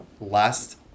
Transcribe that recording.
last